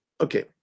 okay